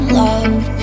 love